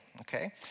okay